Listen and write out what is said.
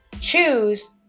choose